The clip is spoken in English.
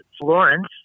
Florence